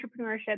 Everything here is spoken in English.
entrepreneurship